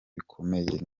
bikomeye